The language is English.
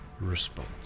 response